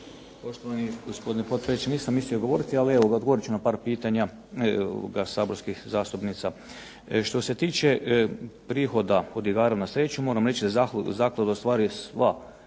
Poštovani gospodine potpredsjedniče, nisam mislio govoriti, ali evo ga odgovorit ću na par pitanja saborskih zastupnica. Što se tiče prihoda od igara na sreću, moram reći zaklada ostvaruje sve